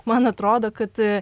man atrodo kad